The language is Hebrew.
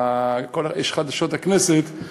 יש חדשות הכנסת,